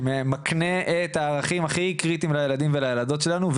שמקנה את הערכים הכי קריטיים לילדים ולילדות שלנו.